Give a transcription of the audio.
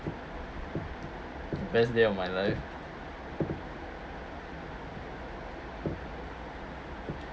best day of my life